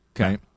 Okay